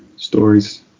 stories